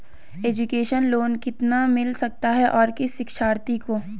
Education loan कितना मिल सकता है और किस शिक्षार्थी को?